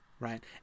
right